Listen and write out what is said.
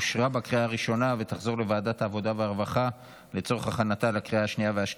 לוועדת העבודה והרווחה נתקבלה.